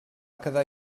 quedar